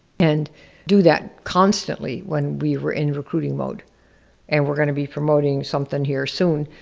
and do that constantly when we were in recruiting mode and we're gonna be promoting something here soon,